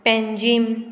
Panjim